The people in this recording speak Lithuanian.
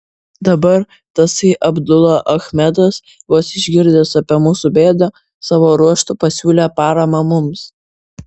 dabar tasai abdula achmedas vos išgirdęs apie mūsų bėdą savo ruožtu pasiūlė paramą mums